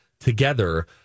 together